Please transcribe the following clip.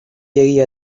egia